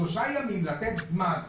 שלושה ימים, לתת זמן.